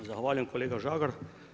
Zahvaljujem kolega Žagar.